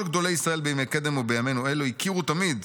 כל גדולי ישראל בימי קדם ובימינו אלה הכירו תמיד,